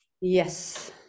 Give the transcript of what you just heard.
Yes